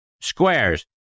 Squares